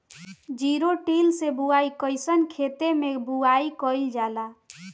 Zero till से बुआई कयिसन खेते मै बुआई कयिल जाला?